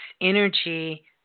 energy